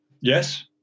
yes